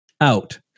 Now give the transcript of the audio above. out